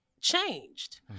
changed